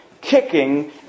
kicking